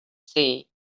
see